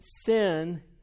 sin